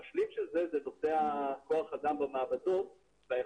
המשלים של זה הוא נושא כוח האדם במעבדות והיכולת